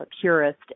purist